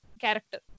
character